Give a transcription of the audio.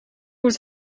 was